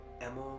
Emma